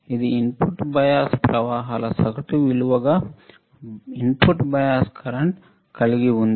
ఇది input bias ప్రవాహాల సగటు విలువగా ఇన్పుట్ బయాస్ కరెంట్ కలిగి ఉంది